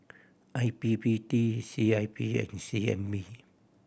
I P P T C I P and C N B